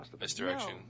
misdirection